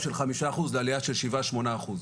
של חמישה אחוז לעלייה של שבעה-שמונה אחוז.